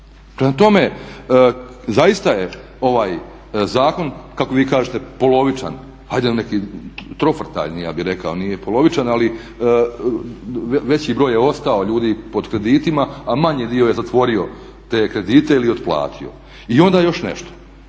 tome, zaista je ovaj zakon kako vi kažete polovičan, ajde neki trofrtaljni ja bih rekao, nije polovičan ali veći broj je ostao ljudi pod kreditima, a manji dio je zatvorio te kredite ili otplatio. I onda još nešto,